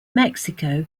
mexico